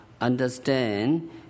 understand